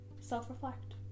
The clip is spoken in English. self-reflect